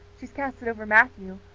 she's cast it over matthew.